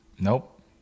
Nope